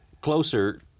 closer